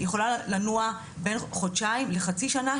היא יכולה לנוע בין חודשיים לחצי שנה,